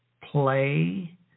play